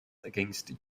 against